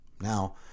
Now